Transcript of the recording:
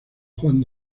juan